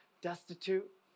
destitute